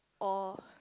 or